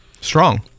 Strong